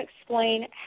explain